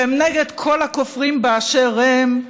והם נגד כל הכופרים באשר הם,